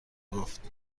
گفت